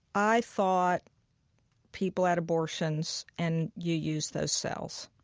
i thought people had abortions and you used those cells.